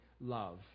love